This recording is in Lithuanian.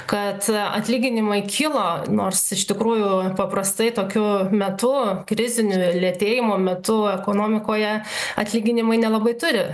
kad atlyginimai kilo nors iš tikrųjų paprastai tokiu metu kriziniu lėtėjimo metu ekonomikoje atlyginimai nelabai turi